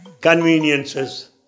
conveniences